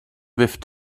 with